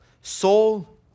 soul